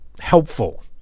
helpful